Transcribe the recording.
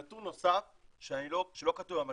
נתון נוסף שלא כתוב במצגת,